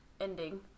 ending